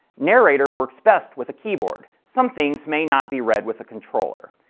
narrator works best with a keyboard. some things may not be read with a controller.